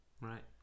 right